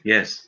Yes